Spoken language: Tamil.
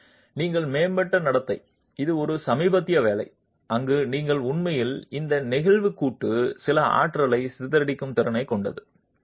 எனவே நீங்கள் மேம்பட்ட நடத்தை இது ஒரு சமீபத்திய வேலை அங்கு நீங்கள் உண்மையில் இந்த நெகிழ் கூட்டு சில ஆற்றலை சிதறடிக்கும் திறன் கொண்டது